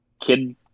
kid